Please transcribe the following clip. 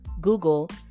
Google